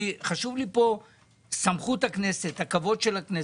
חשובה לי פה סמכות הכנסת, הכבוד של הכנסת,